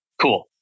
Cool